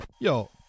Yo